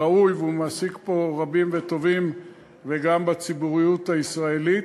ראוי והוא מעסיק פה רבים וטובים וגם בציבוריות הישראלית: